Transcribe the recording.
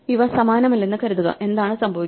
ഇവ സമാനമല്ലെന്ന് കരുതുക എന്താണ് സംഭവിക്കുക